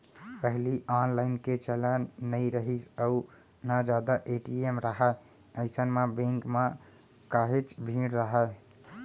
पहिली ऑनलाईन के चलन नइ रिहिस अउ ना जादा ए.टी.एम राहय अइसन म बेंक म काहेच भीड़ राहय